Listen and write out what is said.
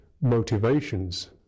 motivations